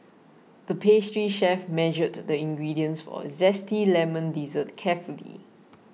the pastry chef measured the ingredients for a Zesty Lemon Dessert carefully